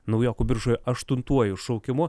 naujokų biržoje aštuntuoju šaukimu